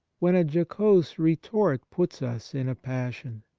when a jocose retort puts us in a passion.